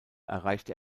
erreichte